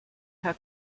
her